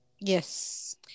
Yes